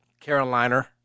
Carolina